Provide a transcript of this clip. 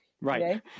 Right